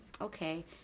okay